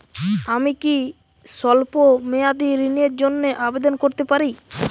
আমি কি স্বল্প মেয়াদি ঋণের জন্যে আবেদন করতে পারি?